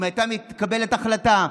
אם הייתה מתקבלת החלטה,